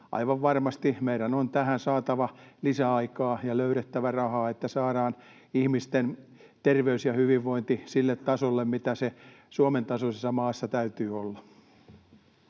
aivan varmasti meidän on tähän saatava lisäaikaa ja löydettävä rahaa, että saadaan ihmisten terveys ja hyvinvointi sille tasolle, millä se Suomen tasoisessa maassa täytyy olla.